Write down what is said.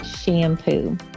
shampoo